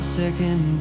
second